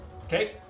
Okay